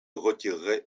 retirerai